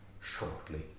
shortly